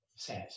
says